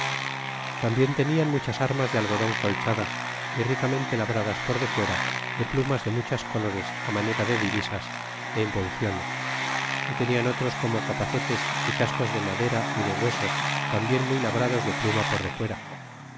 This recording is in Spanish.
tambien tenia muchas armas de algodon colchadas y ricamente labradas por defuera de plumas de muchas colores á manera de divisas é invenciones y tenian otros como capacetes y cascos de madera y de hueso tambien muy labrados de pluma por defuera